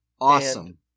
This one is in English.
Awesome